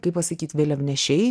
kaip pasakyt vėliavnešiai